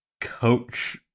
coach